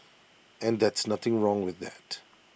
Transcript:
and that's nothing wrong with that